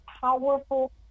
powerful